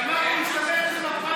למה לשר הבריאות אין את האומץ